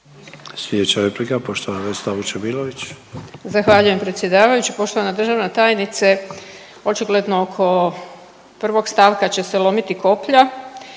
Vesna (Hrvatski suverenisti)** Zahvaljujem predsjedavajući. Poštovana državna tajnice očigledno oko prvog stavka će se lomiti koplja